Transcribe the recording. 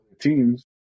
teams